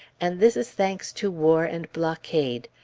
and this is thanks to war and blockade!